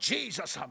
Jesus